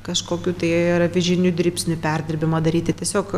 kažkokių tai ar avižinių dribsnių perdirbimą daryti tiesiog